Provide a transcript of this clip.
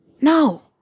No